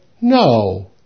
no